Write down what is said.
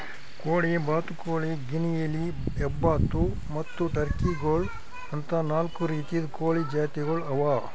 ಕೋಳಿ, ಬಾತುಕೋಳಿ, ಗಿನಿಯಿಲಿ, ಹೆಬ್ಬಾತು ಮತ್ತ್ ಟರ್ಕಿ ಗೋಳು ಅಂತಾ ನಾಲ್ಕು ರೀತಿದು ಕೋಳಿ ಜಾತಿಗೊಳ್ ಅವಾ